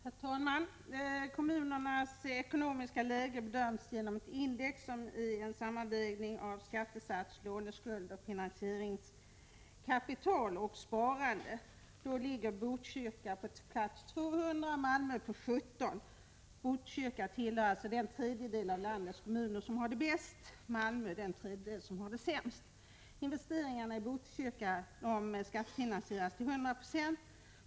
Herr talman! Kommunernas ekonomiska läge bedöms genom ett index som är en sammanvägning av skattesats, låneskuld, finansieringskapital och sparande. Botkyrka ligger på plats 200, Malmö på plats 17. Botkyrka tillhör alltså den tredjedel av landets kommuner som har det bäst, Malmö den tredjedel som har det sämst. Investeringarna i Botkyrka skattefinansieras till 100 76.